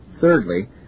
Thirdly